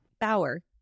Bauer